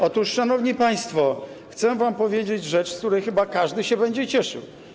Otóż, szanowni państwo, chcę wam powiedzieć rzecz, z której chyba każdy się będzie cieszył.